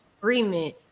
agreement